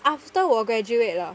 after 我 graduate 了